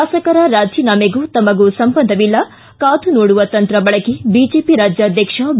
ಶಾಸಕರ ರಾಜೀನಾಮೆಗೂ ತಮಗೂ ಸಂಬಂಧವಿಲ್ಲ ಕಾದು ನೋಡುವ ತಂತ್ರ ಬಳಕೆ ಬಿಜೆಪಿ ರಾಜ್ಯಾಧ್ಯಕ್ಷ ಬಿ